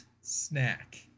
snack